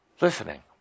listening